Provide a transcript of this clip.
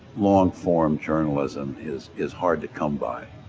long form journalism is, is hard to come by.